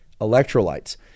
electrolytes